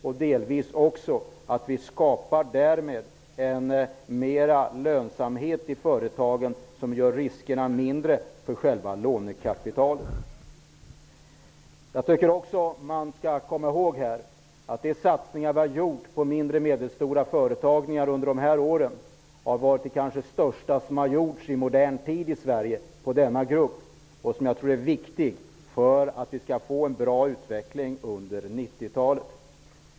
Vi måste därmed också delvis skapa mera lönsamhet i företagen, som gör riskerna mindre för själva lånekapitalet. Vi skall också komma ihåg att de satsningar vi har gjort på mindre och medelstora företag under de här åren har varit kanske de största som har gjorts på denna grupp i modern tid i Sverige, och jag tror att det är viktigt för att vi skall få en bra utveckling under 90-talet.